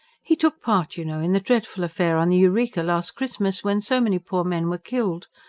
he took part, you know, in the dreadful affair on the eureka last christmas, when so many poor men were killed.